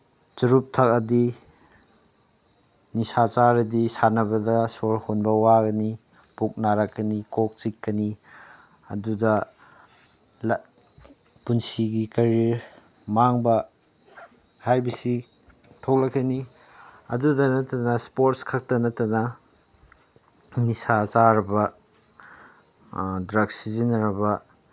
ꯆꯨꯔꯨꯞ ꯊꯛꯑꯗꯤ ꯅꯤꯁꯥ ꯆꯥꯔꯗꯤ ꯁꯥꯟꯅꯕꯗ ꯁꯣꯔ ꯍꯣꯟꯕ ꯋꯥꯒꯅꯤ ꯄꯨꯛ ꯅꯥꯔꯛꯀꯅꯤ ꯀꯣꯛ ꯆꯤꯛꯀꯅꯤ ꯑꯗꯨꯗ ꯄꯨꯟꯁꯤꯒꯤ ꯀꯦꯔꯤꯌꯔ ꯃꯥꯡꯕ ꯍꯥꯏꯕꯁꯤ ꯊꯣꯛꯂꯛꯀꯅꯤ ꯑꯗꯨꯗ ꯅꯠꯇꯅ ꯏꯁꯄꯣꯔꯠꯁ ꯈꯛꯇ ꯅꯠꯇꯅ ꯅꯤꯁꯥ ꯆꯥꯔꯕ ꯗ꯭ꯔꯒ ꯁꯤꯖꯤꯟꯅꯔꯕ